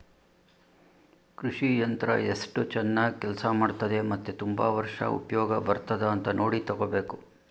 ಕೃಷಿ ಯಂತ್ರ ಎಸ್ಟು ಚನಾಗ್ ಕೆಲ್ಸ ಮಾಡ್ತದೆ ಮತ್ತೆ ತುಂಬಾ ವರ್ಷ ಉಪ್ಯೋಗ ಬರ್ತದ ಅಂತ ನೋಡಿ ತಗೋಬೇಕು